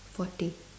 forty